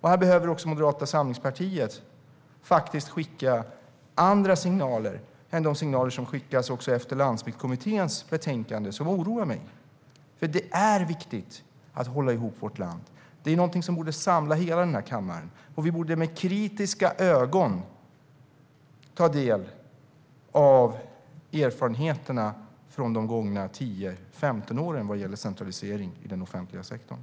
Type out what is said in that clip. Här behöver också Moderata samlingspartiet skicka andra signaler än de signaler som skickades efter det att Landsbygdskommitténs betänkande lades fram. De oroar mig. Det är viktigt att hålla ihop vårt land. Det är något som borde samla hela kammaren. Vi borde med kritiska ögon ta del av erfarenheterna från de gångna 10-15 åren vad gäller centralisering i den offentliga sektorn.